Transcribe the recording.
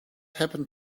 happened